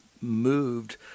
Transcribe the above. moved